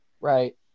right